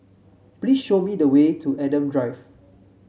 please show me the way to Adam Drive